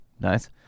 Nice